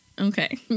okay